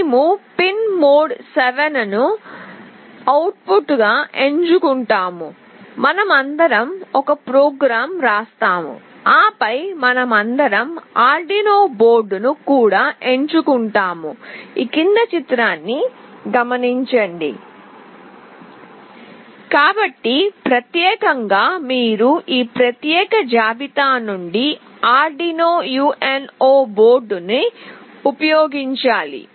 మేము pin mode 7 ను అవుట్పుట్గా ఎంచుకుంటాము మనమందరం ఒక ప్రోగ్రామ్ను వ్రాస్తాము ఆపై మనమందరం Arduino బోర్డును కూడా ఎంచుకుంటాము కాబట్టి ప్రత్యేకంగా మీరు ఈ ప్రత్యేక జాబితా నుండి Arduino UNO బోర్డుని ఉపయోగించాలి